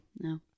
no